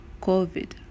COVID